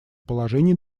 положений